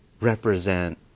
represent